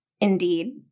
indeed